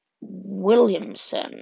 Williamson